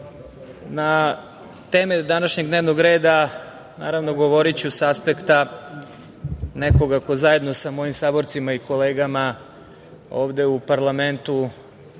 na teme današnjeg dnevnog reda govoriću sa aspekta nekoga ko zajedno sa mojim saborcima i kolegama ovde u parlamentu